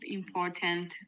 important